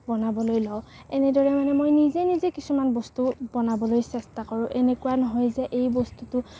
বনাবলৈ লওঁ এনেদৰে মানে মই নিজে নিজে কিছুমান বস্তু বনাবলৈ চেষ্টা কৰোঁ এনেকুৱা নহয় যে এই বস্তুটো